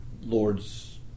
Lord's